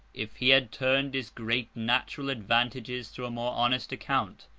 if he had turned his great natural advantages to a more honest account,